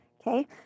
Okay